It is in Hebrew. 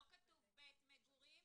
לא כתוב "בית מגורים",